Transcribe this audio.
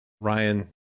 Ryan